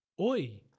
Oi